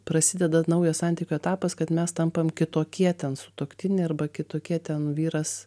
prasideda naujas santykių etapas kad mes tampam kitokie ten sutuoktiniai arba kitokie ten vyras